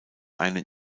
einen